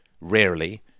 rarely